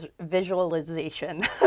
visualization